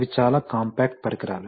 ఇవి చాలా కాంపాక్ట్ పరికరాలు